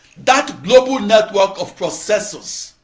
that global network of processors,